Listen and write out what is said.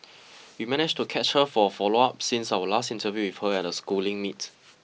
we managed to catch her for a follow up since our last interview with her at a schooling meet